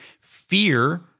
fear